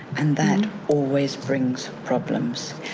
and that always brings problems.